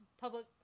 public